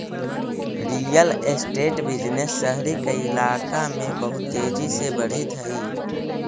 real estate business शहरी कइलाका में बहुत तेजी से बढ़ित हई